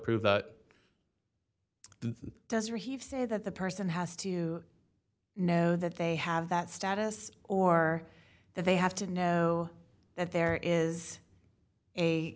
prove that this does or he said that the person has to you know that they have that status or that they have to know that there is a